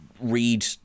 read